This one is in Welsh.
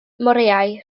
moreau